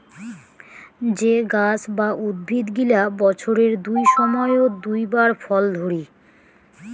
যে গাছ বা উদ্ভিদ গিলা বছরের দুই সময়ত দুই বার ফল ধরি